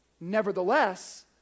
Nevertheless